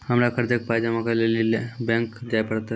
हमरा कर्जक पाय जमा करै लेली लेल बैंक जाए परतै?